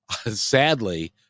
Sadly